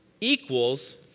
equals